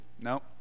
No